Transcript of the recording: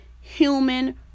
human